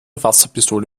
wasserpistole